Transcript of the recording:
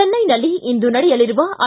ಚೆನ್ನೈನಲ್ಲಿ ಇಂದು ನಡೆಯಲಿರುವ ಐ